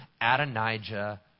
adonijah